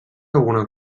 alguna